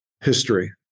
history